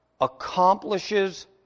accomplishes